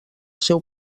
seu